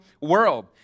world